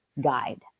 guide